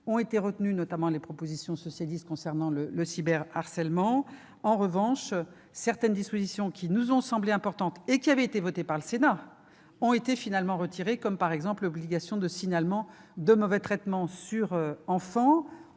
Ont été retenues, notamment, les propositions socialistes concernant le cyberharcèlement. En revanche, certaines dispositions, qui nous semblaient importantes, et qui avaient été adoptées par le Sénat, ont finalement été retirées. C'est, par exemple, le cas de l'obligation de signalement de mauvais traitements sur enfants,